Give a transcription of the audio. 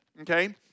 okay